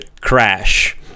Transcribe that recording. crash